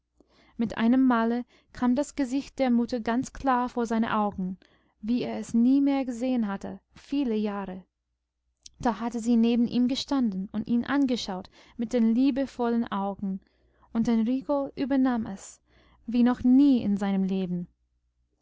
mit einem male kam das gesicht der mutter ganz klar vor seine augen wie er es nie mehr gesehen hatte viele jahre da hatte sie neben ihm gestanden und ihn angeschaut mit den liebevollen augen und den rico übernahm es wie noch nie in seinem leben